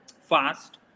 fast